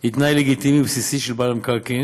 היא תנאי לגיטימי ובסיסי של בעל המקרקעין.